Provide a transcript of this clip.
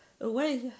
away